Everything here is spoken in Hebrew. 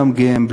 בלי לגמגם,